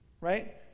Right